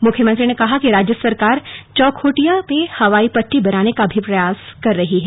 मुख्यमंत्री ने कहा कि राज्य सरकार चौखुटिया में हवाई पट्टी बनाने का भी प्रयास कर रही है